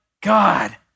God